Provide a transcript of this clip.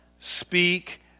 speak